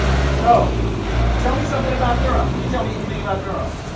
so tell me something about durham. who can tell me anything about durham?